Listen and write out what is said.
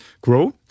grow